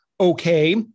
okay